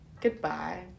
Goodbye